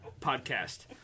podcast